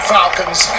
Falcons